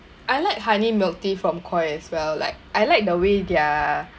I like honey milk tea from Koi as well like I like the way their